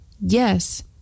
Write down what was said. Yes